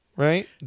Right